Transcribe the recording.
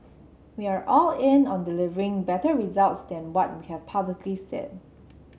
we are all in on delivering better results than what we have publicly said